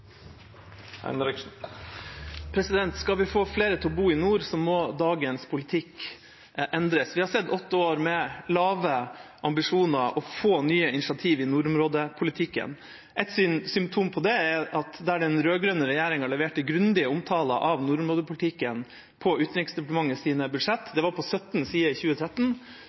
Skal vi få flere til å bo i nord, må dagens politikk endres. Vi har sett åtte år med lave ambisjoner og få nye initiativ i nordområdepolitikken. Et symptom på det er at der den rød-grønne regjeringa leverte grundige omtaler av nordområdepolitikken på Utenriksdepartementets budsjett, det var på 17 sider i 2013,